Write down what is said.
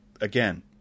again